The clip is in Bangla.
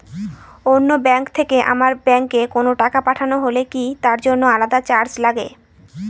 অন্য ব্যাংক থেকে আমার ব্যাংকে কোনো টাকা পাঠানো হলে কি তার জন্য আলাদা চার্জ লাগে?